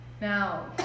Now